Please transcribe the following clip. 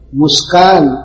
muskan